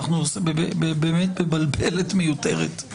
אני חושב שלנו שבד בבד עם הרחבת בתי המשפט הקהילתיים,